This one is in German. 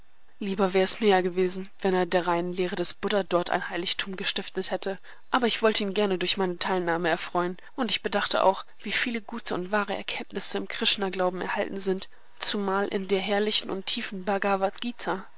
lieber wäre es mir ja gewesen wenn er der reinen lehre des buddha dort ein heiligtum gestiftet hätte aber ich wollte ihn gerne durch meine teilnahme erfreuen und ich bedachte auch wie viele gute und wahre erkenntnisse im krishna glauben enthalten sind zumal in der herrlichen und tiefen bhagavad gita